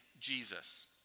Jesus